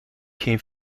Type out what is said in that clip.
geen